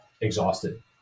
exhausted